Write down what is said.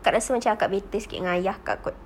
akak rasa akak better sikit dengan ayah akak kot